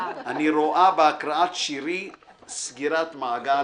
אני רואה בהקראת שירי סגירת מעגל יפה.